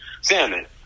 salmon